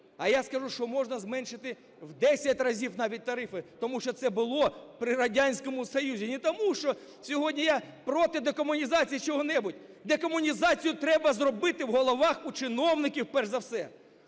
А я скажу, що можна зменшити в 10 разів навіть тарифи, тому що це було при Радянському Союзі. Не тому, що сьогодні я проти декомунізації, чого-небудь. Декомунізацію треба зробити в головах у чиновників перш за все.